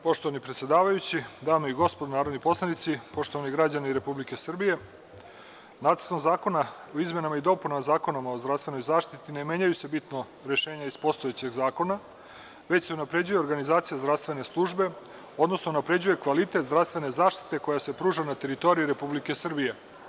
Poštovani predsedavajući, dame i gospodo narodni poslanici, poštovani građani Republike Srbije, Nacrtom zakona o izmenama i dopunama Zakona o zdravstvenoj zaštiti ne menjaju se bitno rešenja iz postojećeg zakona već se unapređuje organizacije zdravstvene službe, odnosno unapređuje se kvalitet zdravstvene zaštite koja se pruža na teritoriji Republike Srbije.